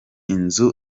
inzu